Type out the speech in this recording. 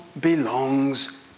belongs